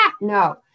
No